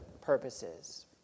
purposes